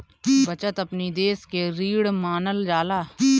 बचत अपनी देस के रीढ़ मानल जाला